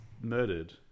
murdered